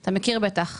אתה בטח מכיר.